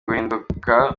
guhinduka